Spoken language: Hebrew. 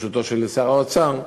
הוא ברשותו של שר האוצר,